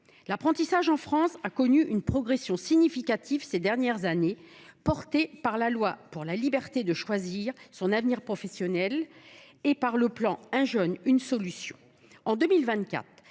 l’apprentissage en France a connu une progression significative ces dernières années, permise par la loi pour la liberté de choisir son avenir professionnel et par le dispositif « 1 jeune, 1 solution